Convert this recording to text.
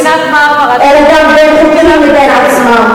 את לא מבינה את "מרמרה" אלא גם בין החוקים לבין עצמם,